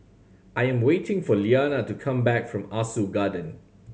I am waiting for Iyanna to come back from Ah Soo Garden